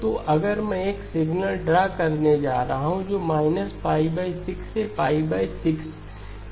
तो अगर मैं एक सिग्नल ड्रा करने जा रहा हूं जो 6 से 6 ठीक है